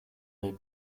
les